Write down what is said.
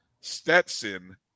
Stetson